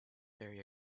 very